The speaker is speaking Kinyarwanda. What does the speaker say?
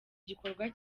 gikorwa